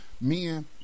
men